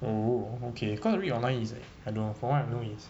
oh okay cause I read online is I don't know for all I know is